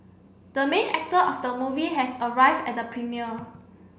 the main actor of the movie has arrived at the premiere